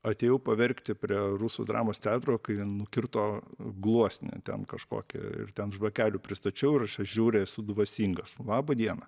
atėjau paverkti prie rusų dramos teatro kai nukirto gluosnį ten kažkokį ir ten žvakelių pristačiau ir aš čia žiauriai esu dvasingas laba diena